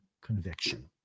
conviction